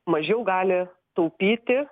mažiau gali taupyti